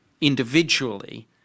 individually